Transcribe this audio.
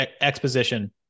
exposition